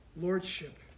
lordship